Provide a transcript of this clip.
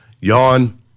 Yawn